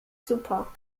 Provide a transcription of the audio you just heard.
super